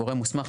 גורם מוסמך,